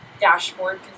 dashboard